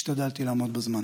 השתדלתי לעמוד בזמן.